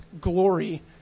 glory